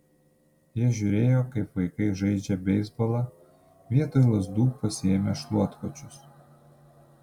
jie žiūrėjo kaip vaikai žaidžia beisbolą vietoj lazdų pasiėmę šluotkočius